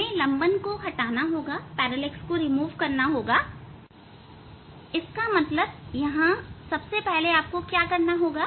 हमें लंबन को हटाना होगा इसका मतलब यहां सबसे पहले आपको क्या करना होगा